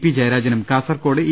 P ജയരാജനും Kasaragod E